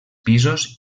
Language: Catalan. pisos